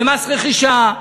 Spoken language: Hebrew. ומס רכישה,